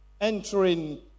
entering